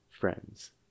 Friends